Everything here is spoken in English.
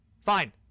fine